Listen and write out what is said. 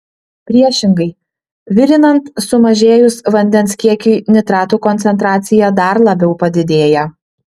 priešingai virinant sumažėjus vandens kiekiui nitratų koncentracija dar labiau padidėja